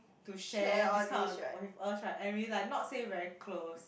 to share this kind of with us right and we like not say very close